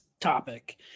topic